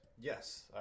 Yes